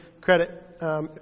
credit